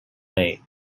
day